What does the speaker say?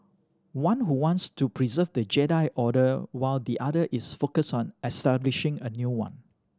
one who wants to preserve the Jedi Order while the other is focused on establishing a new one